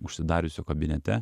užsidariusi kabinete